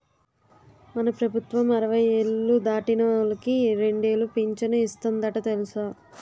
మన ప్రభుత్వం అరవై ఏళ్ళు దాటినోళ్ళకి రెండేలు పింఛను ఇస్తందట తెలుసా